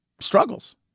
struggles